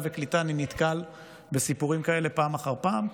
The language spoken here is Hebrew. והקליטה אני נתקל בסיפורים כאלה פעם אחר פעם,